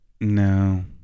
No